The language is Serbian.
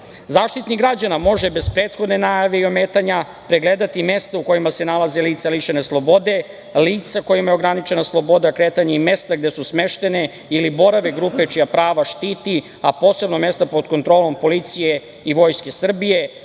dela.Zaštitnik građana može bez prethodne najave i ometanja pregledati mesto u kojima se nalaze lica lišena slobode, lica kojima je ograničena sloboda kretanja i mesta gde su smeštene ili borave grupe čija prava štiti, a posebno mesta pod kontrolom policije i Vojske Srbije,